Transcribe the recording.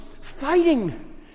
fighting